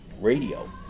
radio